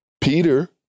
Peter